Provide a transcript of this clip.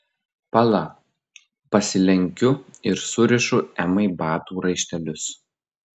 pala pasilenkiu ir surišu emai batų raištelius